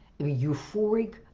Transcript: euphoric